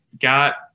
got